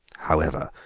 however,